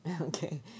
Okay